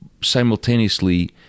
simultaneously